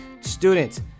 students